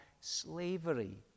slavery